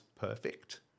perfect